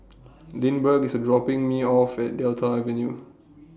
Lindbergh IS dropping Me off At Delta Avenue